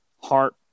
heart